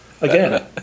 again